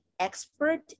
expert